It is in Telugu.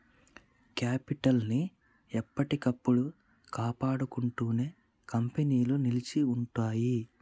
కేపిటల్ ని ఎప్పటికప్పుడు కాపాడుకుంటేనే కంపెనీలు నిలిచి ఉంటయ్యి